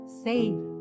Save